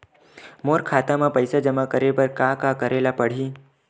मोर खाता म पईसा जमा करे बर का का करे ल पड़हि?